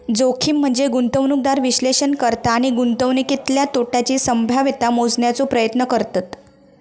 जोखीम म्हनजे गुंतवणूकदार विश्लेषण करता आणि गुंतवणुकीतल्या तोट्याची संभाव्यता मोजण्याचो प्रयत्न करतत